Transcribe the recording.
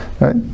right